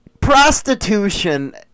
Prostitution